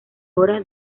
hora